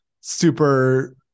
super